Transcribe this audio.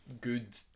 good